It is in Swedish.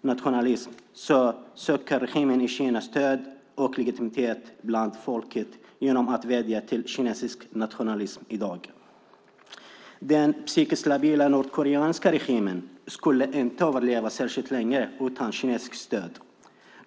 nationalism söker regimen i Kina stöd och legitimitet bland folket genom att vädja till kinesisk nationalism i dag. Den psykiskt labila nordkoreanska regimen skulle inte överleva särskilt länge utan kinesiskt stöd.